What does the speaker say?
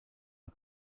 our